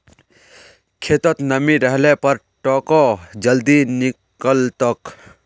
खेतत नमी रहले पर टेको जल्दी निकलतोक